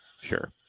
Sure